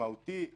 משמעותי עבורנו.